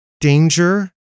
danger